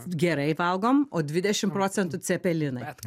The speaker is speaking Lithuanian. gerai valgom o dvidešim procentų cepelinai